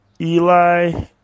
Eli